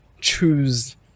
choose